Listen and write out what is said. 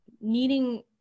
needing